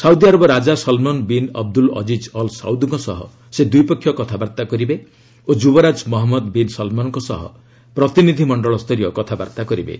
Saudi Arab ରାଜା Salman bin Abdul Aziz Al ସାଉଦ୍ଙ୍କ ସହ ସେ ଦ୍ୱିପକ୍ଷୀୟ କଥାବାର୍ତ୍ତା କରିବେ ଓ ଯୁବରାଜ ମହଞ୍ଜଦ ବିନ୍ ସଲ୍ମନ୍ଙ୍କ ସହ ପ୍ରତିନିଧି ମଣ୍ଡଳସ୍ତରୀୟ କଥାବାର୍ତ୍ତା କରିବେ